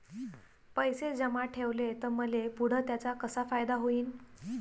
पैसे जमा ठेवले त मले पुढं त्याचा कसा फायदा होईन?